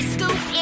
Scoop